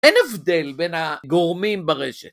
אין הבדל בין הגורמים ברשת.